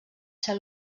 ser